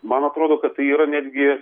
man atrodo kad tai yra netgi